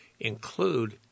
include